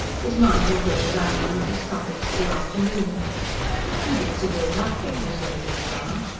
his mind already running on the discomforts of the afternoon two bits of ill-luck came his way this summer.